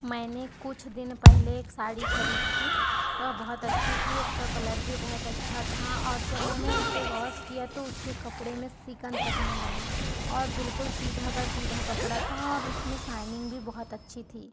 मैंने कुछ दिन पहले एक साड़ी खरीदी थी वह बहुत अच्छी थी उसका कलर भी बहुत अच्छा था और जब मैंने उसे वॉश किया तो उसके कपड़े में शिकन तक नहीं आई और बिल्कुल सीधा का सीधा कपड़ा था और उसमें शाइनिंग भी बहुत अच्छी थी